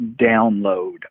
download